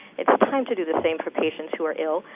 it's time to do the same for patients who are ill,